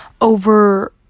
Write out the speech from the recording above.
over